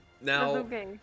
Now